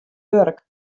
wurk